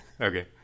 Okay